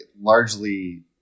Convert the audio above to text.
largely